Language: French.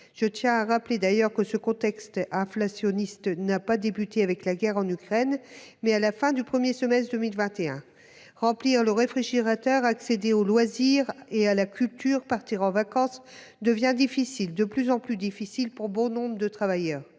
Je tiens d'ailleurs à rappeler que ce contexte inflationniste n'a pas débuté avec la guerre en Ukraine, mais à la fin du premier semestre de 2021. Remplir le réfrigérateur, accéder aux loisirs et à la culture, partir en vacances, tout cela devient de plus en plus difficile pour bon nombre de travailleurs.